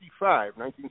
1965